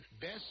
Best